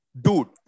Dude